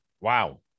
Wow